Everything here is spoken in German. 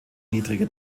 niedrige